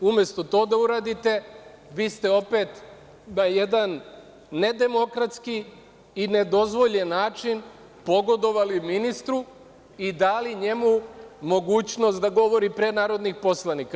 Umesto to da uradite, vi ste opet na jedan nedemokratski i nedozvoljen način pogodovali ministru i dali njemu mogućnost da govori pre narodnih poslanika.